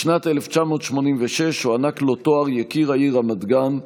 בשנת 1986 הוענק לו תואר יקיר העיר רמת גן,